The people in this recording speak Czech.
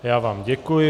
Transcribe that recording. Já vám děkuji.